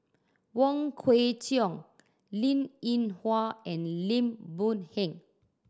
Wong Kwei Cheong Linn In Hua and Lim Boon Heng